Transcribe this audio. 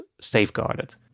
safeguarded